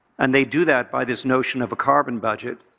and they do that by this notion of a carbon budget.